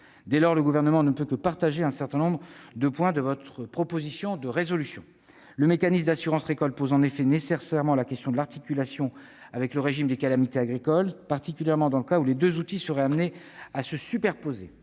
Dès lors, le Gouvernement ne peut que partager un certain nombre de points de votre proposition de résolution. Le mécanisme d'assurance récolte pose nécessairement la question de l'articulation avec le régime des calamités agricoles, particulièrement dans le cas où les deux outils seraient amenés à se superposer-